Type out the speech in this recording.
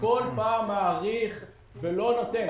ובכל פעם מאריך ולא נותן.